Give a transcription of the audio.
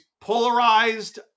polarized